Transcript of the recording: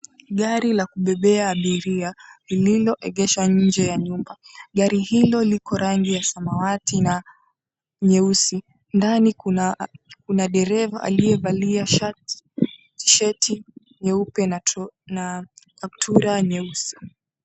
Gari la kubebea abiria lililoegeshwa nje ya nyumba, gari hilo liko rangi ya samawati na nyeusi ndani kuna dereva aliyevalia shati nyeupe na kaptura nyeusi.